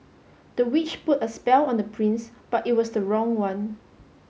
the witch put a spell on the prince but it was the wrong one